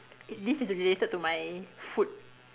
it this is related to my food